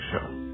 show